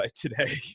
today